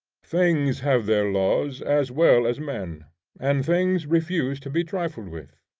things have their laws, as well as men and things refuse to be trifled with.